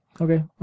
Okay